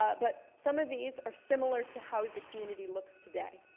ah but some of these are similar to how the community looks today.